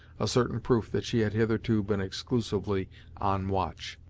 a certain proof that she had hitherto been exclusively on watch.